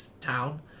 town